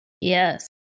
Yes